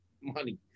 money